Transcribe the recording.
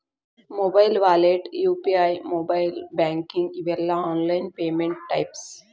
mobile wallet UPI mobile banking ಇವೆಲ್ಲ online payment types